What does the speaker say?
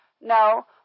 No